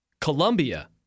Colombia